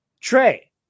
Trey